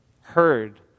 heard